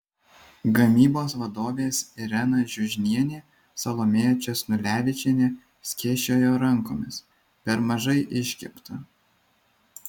gamybos vadovės irena žiužnienė salomėja česnulevičienė skėsčiojo rankomis per mažai iškepta